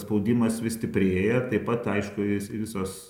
spaudimas vis stiprėja taip pat aišku jis visos